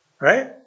Right